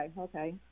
okay